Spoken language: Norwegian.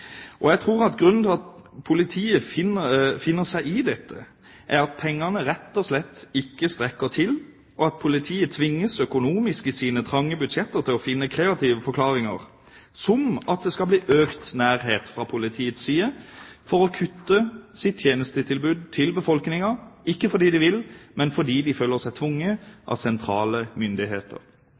polititjenestemenn. Jeg tror grunnen til at politiet finner seg i dette, er at pengene rett og slett ikke strekker til. Politiet tvinges med sine trange budsjetter til å finne kreative forklaringer, som at det skal bli økt nærhet fra politiets side, på at de må kutte i sitt tjenestetilbud til befolkningen – ikke fordi de vil, men fordi de føler seg tvunget av sentrale myndigheter.